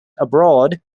abroad